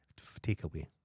Takeaway